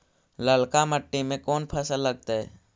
ललका मट्टी में कोन फ़सल लगतै?